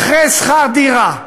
אחרי שכר דירה,